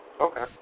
Okay